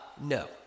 No